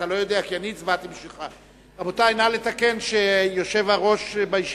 יידוע לקוחות בדבר אתרים פוגעניים ברשת האינטרנט ואפשרויות ההגנה